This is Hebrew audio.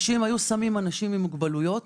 היו שמים אנשים עם מוגבלויות,